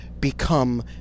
become